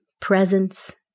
presence